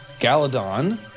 Galadon